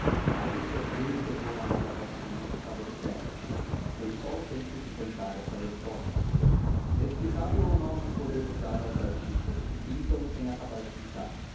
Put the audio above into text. aires sorriu e pegou na mão da mocinha que estava de pé foi só o tempo de inventar esta resposta inexplicável é o nome que podemos dar aos artistas que pintam sem acabar de pintar